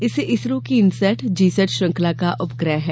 यह इसरो की INSAT GSAT श्रृंखला का उपग्रह है